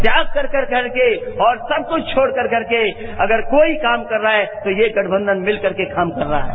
त्याग करके और सब कुछ छोड़कर के अगर कोई काम कर रहा है तो यह गठबंधन मिलकर के काम कर रहा है